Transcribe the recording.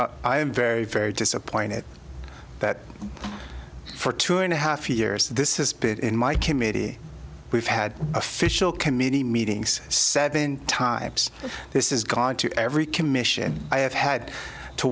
that i am very very disappointed that for two and a half years this has been in my committee we've had official committee meetings said in time this is gone to every commission i have had to